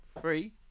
Three